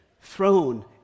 throne